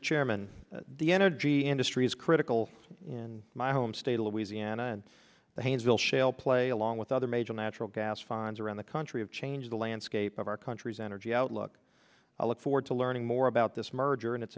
mr chairman the energy industry is critical in my home state of louisiana and the haynesville shale play along with other major natural gas fans around the country of change the landscape of our country's energy outlook i look forward to learning more about this merger and its